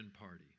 party